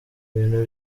ibintu